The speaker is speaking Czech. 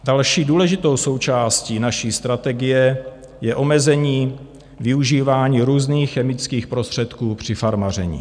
Další důležitou součástí naší strategii je omezení využívání různých chemických prostředků při farmaření.